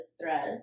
threads